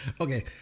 Okay